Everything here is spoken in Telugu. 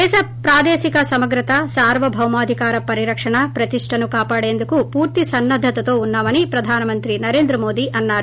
దేశ ప్రాదేశిక సమగ్రత సార్వభౌమాధికార పరిరక్షణ ప్రతిష్ణను కాపాడేందుకు పూర్తి సన్నద్దతో ఉన్న మని ప్రధాన మంత్రి నరేంద్రమోదీ అన్నారు